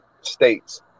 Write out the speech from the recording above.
states